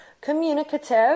communicative